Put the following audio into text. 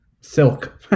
Silk